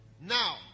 now